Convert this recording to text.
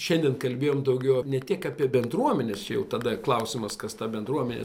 šiandien kalbėjom daugiau ne tik apie bendruomenes čia jau tada klausimas kas ta bendruomenė